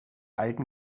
alten